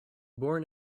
born